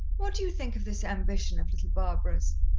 what do you think of this ambition of little barbara's?